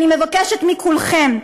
אני מבקשת מכולכם,